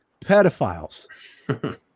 Pedophiles